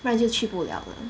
不然就去不了了